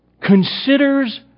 considers